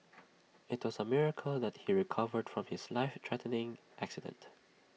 IT was A miracle that he recovered from his life threatening accident